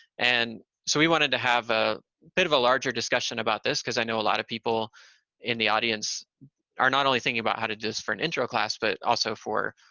and so we wanted to have a bit of a larger discussion about this, because i know a lot of people in the audience are not only thinking about how to do this for an intro class, but also for